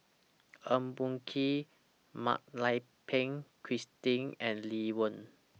Eng Boh Kee Mak Lai Peng Christine and Lee Wen